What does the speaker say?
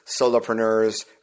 solopreneurs